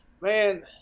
man